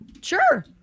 Sure